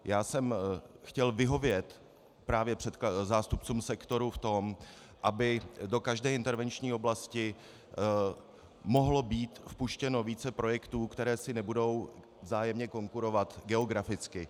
Já jsem chtěl vyhovět právě zástupcům sektoru v tom, aby do každé intervenční oblasti mohlo být vpuštěno více projektů, které si nebudou vzájemně konkurovat geograficky.